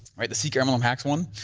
right the secret mlm hacks one,